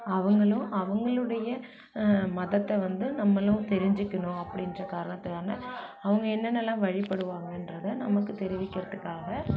அவங்களும் அவங்களுடைய மதத்தை வந்து நம்மளும் தெரிஞ்சிக்கணும் அப்படின்ற காரணத்துக்கான அவங்க என்னனெல்லாம் வழிபடுவாங்கன்றதை நமக்கு தெரிவிக்கிறதுக்காக